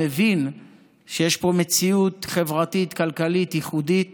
מבין שיש פה מציאות חברתית-כלכלית ייחודית